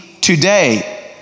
today